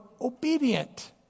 obedient